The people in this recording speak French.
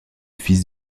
fils